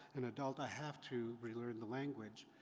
an adult, i have to relearn the language.